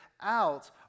out